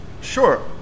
Sure